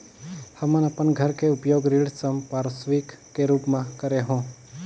हमन अपन घर के उपयोग ऋण संपार्श्विक के रूप म करे हों